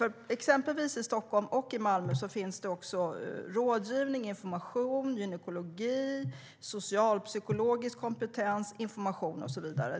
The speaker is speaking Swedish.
I exempelvis Stockholm och Malmö finns det också rådgivning, information, gynekologi, socialpsykologisk kompetens och så vidare.